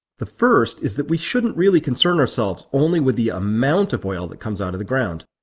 the first is that we shouldn't really concern ourselves only with the amount of oil that comes out of the ground.